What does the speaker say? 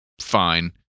fine